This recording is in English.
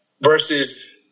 versus